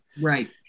Right